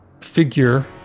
figure